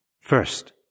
first